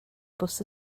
bws